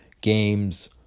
games